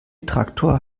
traktor